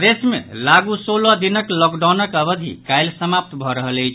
प्रदेश मे लागू सोलह दिनक लॉकडाउनक अवधि काल्हि समाप्त भऽ रहल अछि